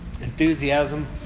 Enthusiasm